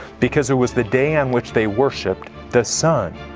because it was the day on which they worshipped the sun.